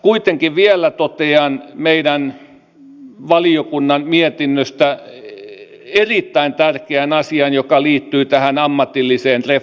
kuitenkin vielä totean meidän valiokunnan mietinnöstä erittäin tärkeän asian joka liittyy tähän ammatilliseen reformiin